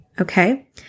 Okay